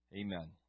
Amen